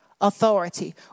authority